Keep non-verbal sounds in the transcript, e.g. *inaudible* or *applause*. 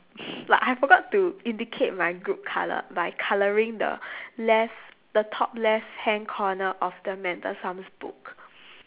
*breath* like I forgot to indicate my group colour by colouring the left the top left hand corner of the mental sums book